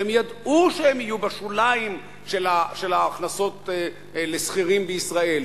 והם ידעו שהם יהיו בשוליים של ההכנסות לשכירים בישראל,